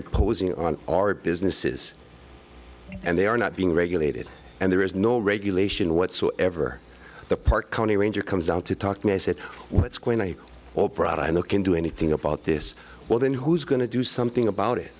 imposing on our businesses and they are not being regulated and there is no regulation whatsoever the park county ranger comes down to talk to me i said what's going on oprah and the can do anything about this well then who's going to do something about it